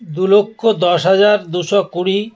দু লক্ষ দশ হাজার দুশো কুড়ি